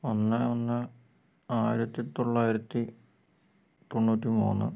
ഒന്ന് ഒന്ന് ആയിരത്തി തൊള്ളായിരത്തി തൊണ്ണൂറ്റി മൂന്ന്